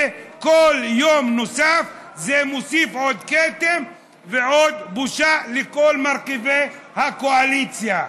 וכל יום נוסף מוסיף עוד כתם ועוד בושה לכל מרכיבי הקואליציה.